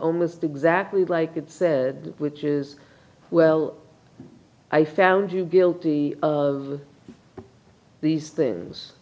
almost exactly like it said which is well i found you guilty of these things